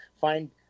find